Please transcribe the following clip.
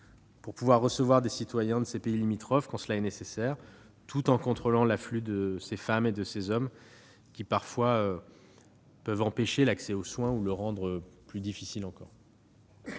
pour pouvoir recevoir des citoyens de ces pays limitrophes quand cela est nécessaire, tout en contrôlant l'afflux de ces femmes et de ces hommes qui, parfois, peuvent empêcher l'accès aux soins ou le rendre plus difficile encore.